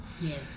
Yes